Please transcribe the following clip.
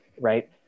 right